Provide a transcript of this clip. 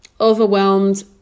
overwhelmed